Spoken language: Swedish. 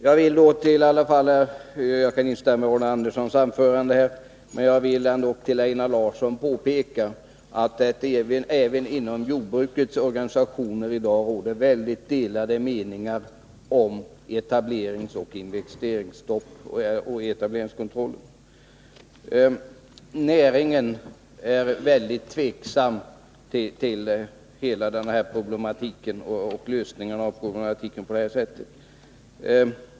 Jag kan instämma i Arne Anderssons i Ljung anförande, men vill påpeka för Einar Larsson att det även inom jordbrukets organisationer råder mycket delade meningar i dag om etableringskontroll och investeringsstopp. Näringen är mycket tveksam till en sådan här lösning av problemen.